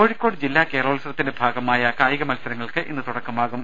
കോഴിക്കോട് ജില്ലാ കേരളോത്സവത്തിന്റെ ഭാഗമായ കായിക മത്സരങ്ങൾക്ക് ഇന്ന് തുടക്കമാകും